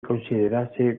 considerarse